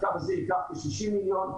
הקו הזה יעלה כ-60 מיליון,